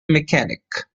mechanic